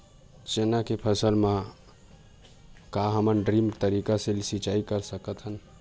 चना के फसल म का हमन ड्रिप तरीका ले सिचाई कर सकत हन?